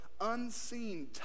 unseen